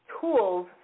tools